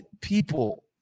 people